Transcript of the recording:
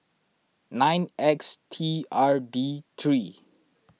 nine X T R D three